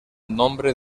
nombre